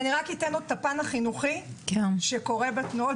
אני רק אתן את הפן החינוכי שקורה בתנועות